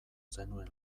zenuen